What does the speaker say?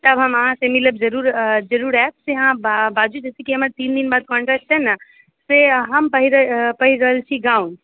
तब हम अहाँसे मिलब जरूर जरूर आयब से अहाँ बाजू जाहिसॅं कि हमर तीन दिन बाद कॉन्टेस्ट छै ने से हम पहिर पहिर रहल छी गाउन